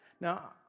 Now